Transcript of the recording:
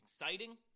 exciting